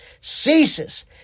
ceases